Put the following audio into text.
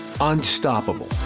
unstoppable